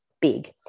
big